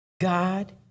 God